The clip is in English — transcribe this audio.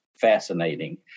fascinating